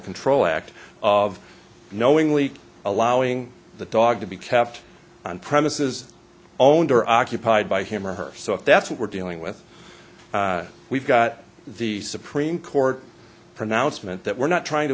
control act of knowingly allowing the dog to be kept on premises owned or occupied by him or her so if that's what we're dealing with we've got the supreme court pronouncement that we're not trying to